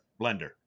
blender